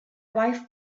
wife